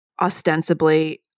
ostensibly